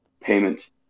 payment